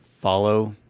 follow